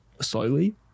slowly